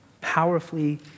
Powerfully